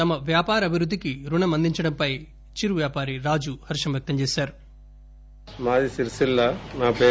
తమ వ్యాపార అభివృద్ధికి రుణం అందించడంపై చిరు వ్యాపారి రాజు హర్షం వ్యక్తంచేశారు